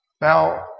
Now